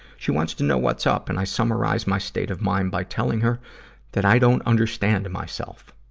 she wants to know what's up, and i summarize my state of mind by telling her that i don't understand myself.